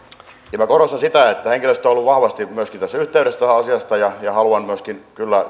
minä korostan sitä että henkilöstö on ollut vahvasti myöskin yhteydessä tästä asiasta ja haluan myöskin kyllä